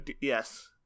yes